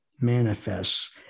manifests